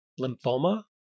Lymphoma